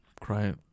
cry